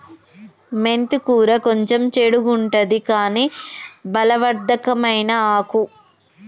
మెంతి కూర కొంచెం చెడుగుంటది కని బలవర్ధకమైన ఆకు